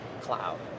cloud